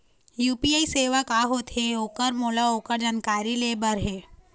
UPI सेवा का होथे ओकर मोला ओकर जानकारी ले बर हे?